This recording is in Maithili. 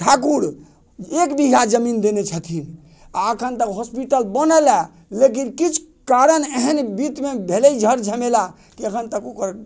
ठाकुर एक बीघा जमीन देने छथिन आ अखन तक हॉस्पिटल बनल है लेकिन किछु कारण एहन बीचमे भेलै झमेला कि अखन तक ओकर